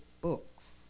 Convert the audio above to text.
books